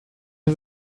ist